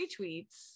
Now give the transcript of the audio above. retweets